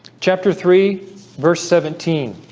chapter three verse seventeen